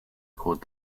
called